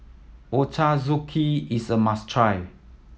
ochazuke is a must try